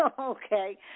Okay